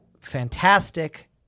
fantastic